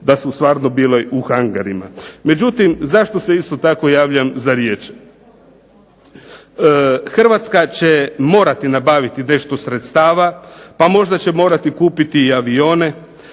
da su stvarno bili u hangarima. Međutim, zašto se isto tako javljam za riječ? Hrvatska će morati nabaviti nešto sredstava pa možda će morati kupiti i avione.